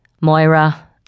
Moira